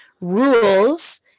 rules